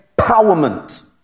empowerment